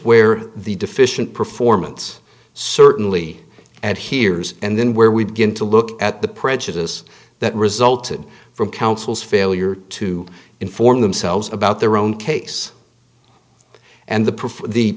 where the deficient performance certainly at hears and then where we begin to look at the prejudice that resulted from counsel's failure to inform themselves about their own case and the